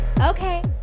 okay